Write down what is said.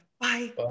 bye